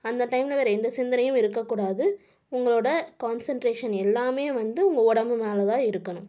அந்த டைமில் வேற எந்த சிந்தனையும் இருக்கக்கூடாது உங்களோட கான்சென்ட்ரேஷன் எல்லாம் வந்து உங்கள் உடம்பு மேலே தான் இருக்கணும்